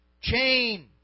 Change